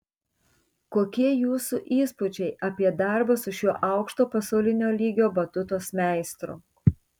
kokie jūsų įspūdžiai apie darbą su šiuo aukšto pasaulinio lygio batutos meistru